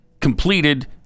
completed